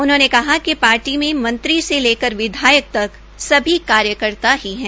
उन्होंने कहा कि पार्टी में मंत्री से लेकर विधायक तक सभी कार्यकर्ता ही है